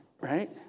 Right